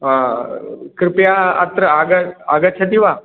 कृपया अत्र आगच्छति वा